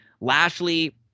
Lashley